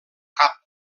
cap